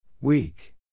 Weak